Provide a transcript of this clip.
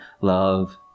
love